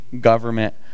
government